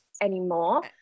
anymore